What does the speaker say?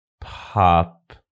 pop